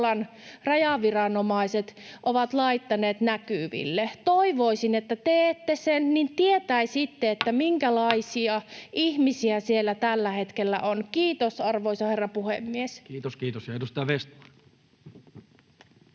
jota Puolan rajaviranomaiset ovat laittaneet näkyville? Toivoisin, että teette sen, niin että tietäisitte, minkälaisia ihmisiä siellä tällä hetkellä on. — Kiitos, arvoisa herra puhemies. [Speech 203] Speaker: